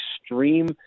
extreme